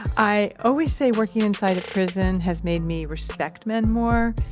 i always say working inside a prison has made me respect men more,